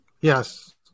Yes